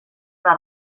una